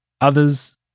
others